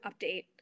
update